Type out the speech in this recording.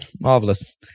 Marvelous